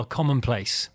commonplace